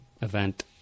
event